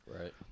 Right